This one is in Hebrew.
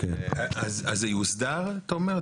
אז זה יוסדר, תומר?